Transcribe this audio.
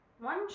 One